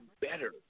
better